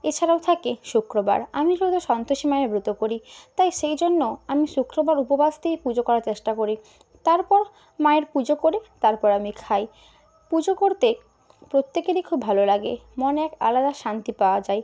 এছাড়াও থাকে শুক্রবার আমি শুধু সন্তোষী মায়ের ব্রত করি তাই সেই জন্য আমি শুক্রবার উপবাস দিয়ে পুজো করার চেষ্টা করি তারপর মায়ের পুজো করে তারপর আমি খাই পুজো করতে প্রত্যেকেরই খুব ভালো লাগে মনে এক আলাদা শান্তি পাওয়া যায়